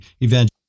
event